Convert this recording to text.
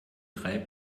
drei